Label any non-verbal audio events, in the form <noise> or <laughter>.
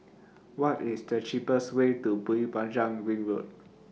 What IS The cheapest Way to Bukit Panjang Ring Road <noise>